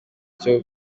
cyo